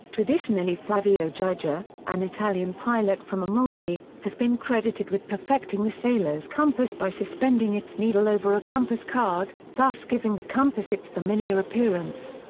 traditionally flavio gioja, an italian pilot from amalfi, has been credited with perfecting the sailor's compass by suspending its needle over a compass card, thus giving the compass its familiar appearance.